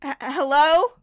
Hello